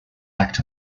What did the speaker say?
act